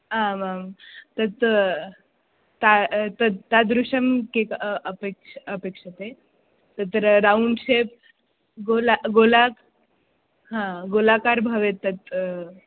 आमां तत् ता तत् तादृशं केक् अपेक्षते अपेक्षते तत्र रौण्ड् शेप् गोला गोलाकारः हा गोलाकारः भवेत् तत्